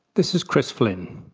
this is chris flynn,